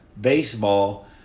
baseball